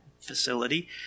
facility